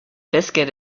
biscuit